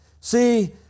See